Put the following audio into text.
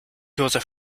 josef